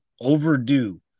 overdue